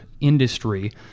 industry